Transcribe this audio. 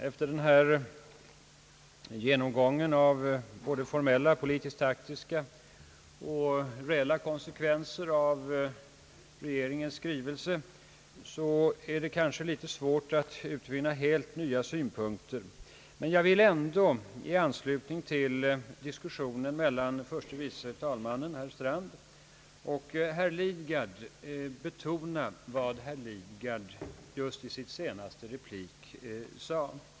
Efter denna genomgång av både formella, politisk-taktiska och reella konsekvenser av regeringens skrivelse, är det kanske litet svårt att utvinna helt nya synpunkter, men jag vill ändå i anslutning till diskussionen mellan herr förste vice talmannen Strand och herr Lidgard betona vad herr Lidgard i sin senaste replik anförde.